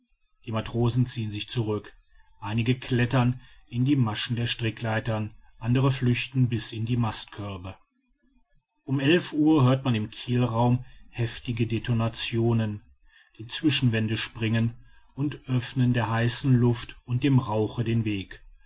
die matrosen ziehen sich zurück einige klettern in die maschen der strickleitern andere flüchten bis in die mastkörbe um elf uhr hört man im kielraum heftige detonationen die zwischenwände springen und öffnen der heißen luft und dem rauche den weg